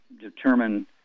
determine